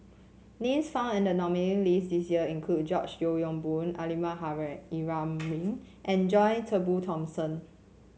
names found in the list this year include George Yeo Yong Boon Almahdi Ibrahim and John Turnbull Thomson